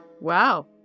Wow